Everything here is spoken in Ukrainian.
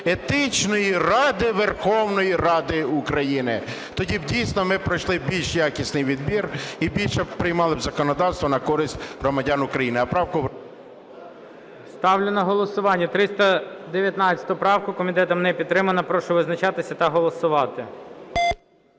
етичної ради Верховної Ради України. Тоді б дійсно ми пройшли більш якісний відбір і більше б приймали законодавства на користь громадян України. А правку... ГОЛОВУЮЧИЙ. Ставлю на голосування 319 правку. Комітетом не підтримана. Прошу визначатися та голосувати.